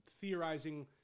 theorizing